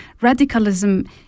radicalism